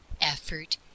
effort